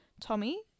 Tommy